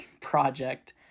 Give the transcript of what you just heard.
project